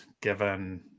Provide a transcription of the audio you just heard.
given